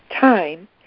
Time